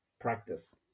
practice